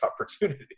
opportunity